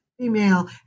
female